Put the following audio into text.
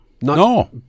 No